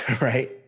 right